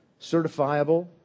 certifiable